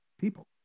people